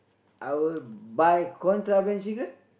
I will buy contraband cigarette